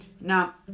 Now